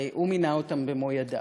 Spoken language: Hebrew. הרי הוא מינה אותם במו-ידיו